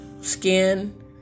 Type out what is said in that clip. skin